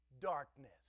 darkness